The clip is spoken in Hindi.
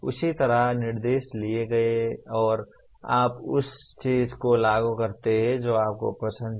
उसी तरह निर्देश दिए गए हैं और आप उस चीज़ को लागू करते हैं जो आपको पसंद है